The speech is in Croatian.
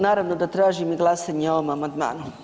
Naravno da tražim glasanje o ovom amandmanu.